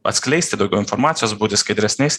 atskleisti daugiau informacijos būti skaidresniais